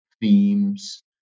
themes